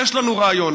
יש לנו רעיון,